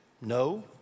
No